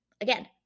again